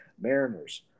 Mariners